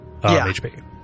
hp